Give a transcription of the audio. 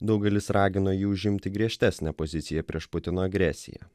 daugelis ragino jį užimti griežtesnę poziciją prieš putino agresiją